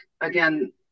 again